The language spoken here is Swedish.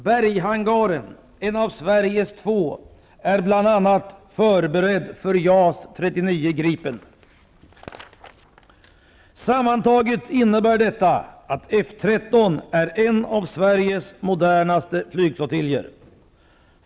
Berghangaren, en av Sveriges två, är bl.a. Sammantaget innebär detta att F 13 är en av Sveriges modernaste flygflottiljer.